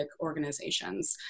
organizations